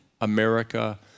America